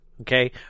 Okay